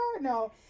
No